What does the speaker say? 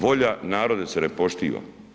Volja naroda se ne poštiva.